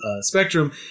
spectrum